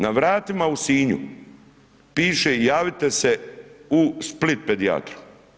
Na vratima u Sinju, piše javite se u Split pedijatru.